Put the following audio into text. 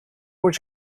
door